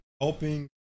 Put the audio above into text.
helping